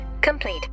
complete